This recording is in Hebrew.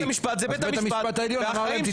בית המשפט העליון אמר להם תתמודדו.